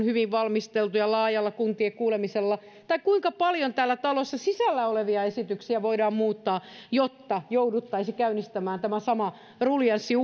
hyvin valmisteltu laajalla kuntien kuulemisella tai kuinka paljon täällä talossa sisällä olevia esityksiä voidaan muuttaa jotta jouduttaisiin käynnistämään tämä sama ruljanssi